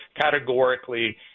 categorically